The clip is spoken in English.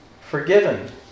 Forgiven